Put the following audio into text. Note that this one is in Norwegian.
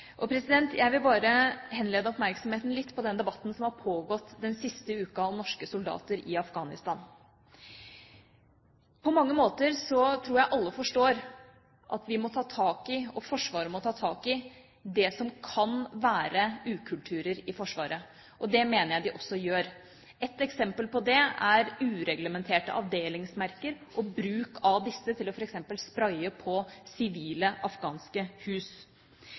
Jeg vil bare henlede oppmerksomheten litt mot den debatten som har pågått den siste uka om norske soldater i Afghanistan. På mange måter tror jeg alle forstår at vi, og Forsvaret, må ta tak i det som kan være ukulturer i Forsvaret. Det mener jeg de også gjør. Ett eksempel på det er ureglementerte avdelingsmerker og bruk av disse til f.eks. å spraye på sivile afghanske hus.